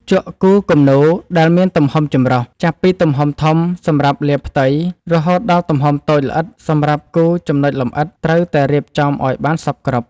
ជក់គូរគំនូរដែលមានទំហំចម្រុះ ចាប់ពីទំហំធំសម្រាប់លាបផ្ទៃ រហូតដល់ទំហំតូចល្អិតសម្រាប់គូរចំណុចលម្អិត ត្រូវតែរៀបចំឱ្យបានសព្វគ្រប់។